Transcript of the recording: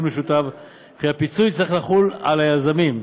משותף וכי הפיצוי צריך לחול על היזמים.